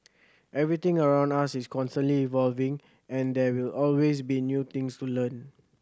everything around us is constantly evolving and there will always be new things to learn